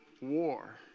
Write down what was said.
war